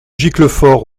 giclefort